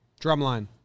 Drumline